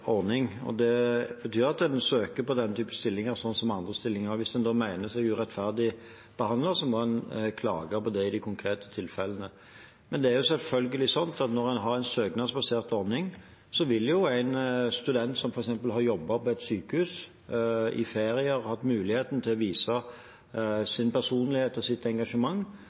ordning, og det betyr at en må søke på denne type stillinger slik som på andre stillinger. Hvis en da mener seg urettferdig behandlet, må en klage på det i de konkrete tilfellene. Men det er selvfølgelig slik at når en har en søknadsbasert ordning, vil en student som f.eks. har jobbet på et sykehus i ferier, og har hatt mulighet til å vise sin personlighet og sitt engasjement,